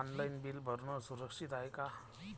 Online bill भरनं सुरक्षित हाय का?